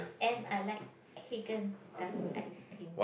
and I think Haagen Dazs ice cream